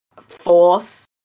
force